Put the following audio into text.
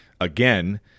again